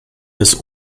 des